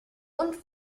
und